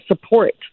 support